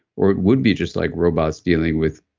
or it would be just like robots dealing with